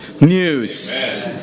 news